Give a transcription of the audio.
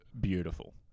beautiful